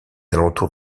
alentours